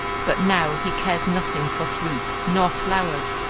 but now he cares nothing for fruits nor flowers,